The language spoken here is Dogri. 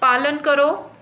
पालन करो